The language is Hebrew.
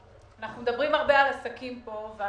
אנחנו מדברים פה הרבה על עסקים ואנחנו